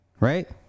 right